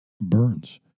Burns